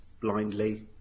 Blindly